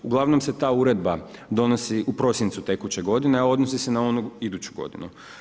Uglavnom se ta uredba donosi u prosincu tekuće godine, a odnosi se na onu iduću godinu.